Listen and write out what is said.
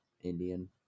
Indian